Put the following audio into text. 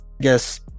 guess